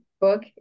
book